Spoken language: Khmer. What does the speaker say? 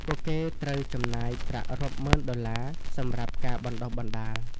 ពួកគេត្រូវចំណាយប្រាក់រាប់ម៉ឺនដុល្លារសម្រាប់ការបណ្ដុះបណ្ដាល។